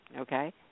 Okay